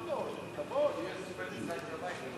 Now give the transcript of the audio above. סעיף 1 נתקבל.